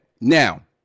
Now